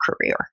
career